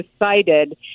decided